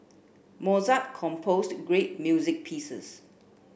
Mozart composed great music pieces